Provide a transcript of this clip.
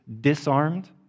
Disarmed